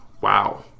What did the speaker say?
Wow